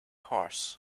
horse